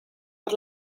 per